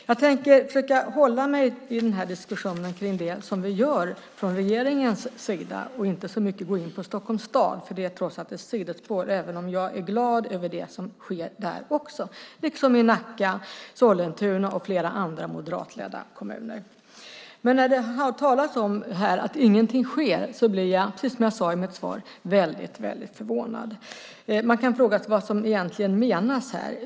Jag tänker i denna diskussion försöka hålla mig till det som vi från regeringens sida gör och inte gå in så mycket på Stockholms stad; det är trots allt ett sidospår, även om jag är glad över det som sker där, liksom i Nacka, Sollentuna och flera andra moderatledda kommuner. När det sägs att ingenting sker blir jag, som jag sade tidigare, väldigt, väldigt förvånad. Man kan fråga sig vad som egentligen menas.